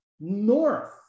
north